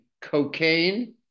cocaine